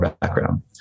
background